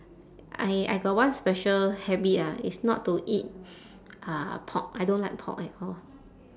I I got one special habit ah it's not to eat uh pork I don't like pork at all